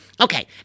Okay